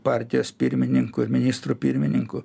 partijos pirmininku ir ministru pirmininku